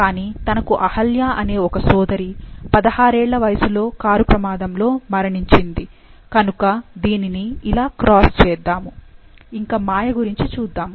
కానీ తనకు అహల్య అనే ఒక సోదరి 16 ఏళ్ళ వయసులో కారు ప్రమాదంలో మరణించింది కనుక దీనిని ఇలా క్రాస్ చేద్దాము ఇంక మాయ గురించి చూద్దాము